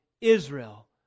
Israel